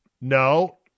no